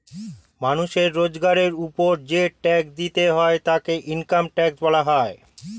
মানুষের রোজগারের উপর যেই ট্যাক্স দিতে হয় তাকে ইনকাম ট্যাক্স বলা হয়